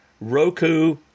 Roku